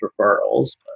referrals